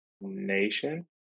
Nation